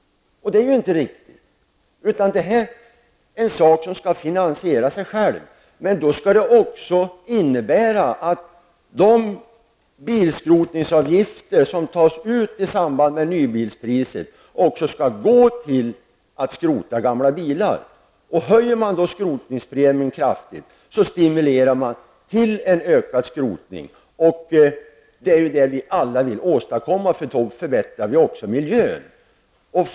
Det är inte ett riktigt förfarande. Skrotning av bilar måste finansieras genom just bilarna. De bilskrotningsavgifter som tas ut på nybilspriset skall också täcka kostnader för skrotning av gamla bilar. Om skrotningspremien kraftigt höjs, stimulerar man till att bilar skrotas i ökad omfattning. Och det är vad vi alla vill åstadkomma, för då bidrar vi ju också till en förbättrad miljö.